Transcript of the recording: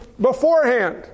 beforehand